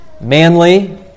manly